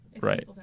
right